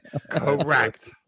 correct